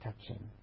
touching